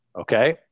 Okay